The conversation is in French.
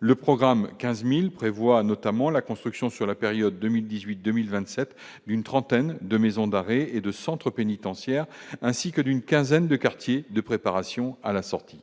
le programme 15000 prévoit notamment la construction sur la période 2018, 2027, une trentaine de maisons d'arrêt et de centres pénitentiaires, ainsi que d'une quinzaine de quartiers de préparation à la sortie,